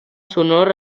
sonor